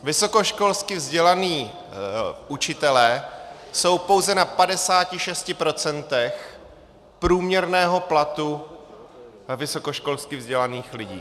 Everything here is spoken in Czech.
Vysokoškolsky vzdělaní učitelé jsou pouze na 56 % průměrného platu vysokoškolsky vzdělaných lidí.